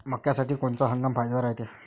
मक्क्यासाठी कोनचा हंगाम फायद्याचा रायते?